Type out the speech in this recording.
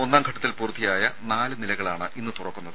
ഒന്നാം ഘട്ടത്തിൽ പൂർത്തിയായ നാല് നിലകളാണ് ഇന്ന് തുറക്കുന്നത്